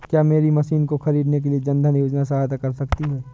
क्या मेरी मशीन को ख़रीदने के लिए जन धन योजना सहायता कर सकती है?